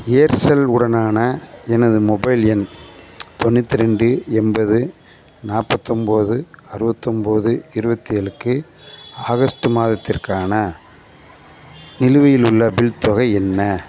Aircel உடனான எனது mobile எண் தொண்ணூற்றி ரெண்டு எண்பது நாற்பத்தொம்போது அறுபத்தொம்போது இருபத்தேழுக்கு ஆகஸ்டு மாதத்திற்கான நிலுவையில் உள்ள பில் தொகை என்ன